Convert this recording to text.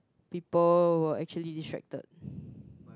people were actually distracted